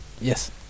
Yes